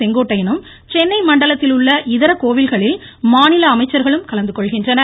செங்கோட்டையனும் சென்னை மண்டலத்திலுள்ள இதர கோவில்களில் மாநில அமைச்சர்களும் கலந்து கொள்கின்றனர்